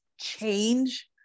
change